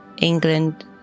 England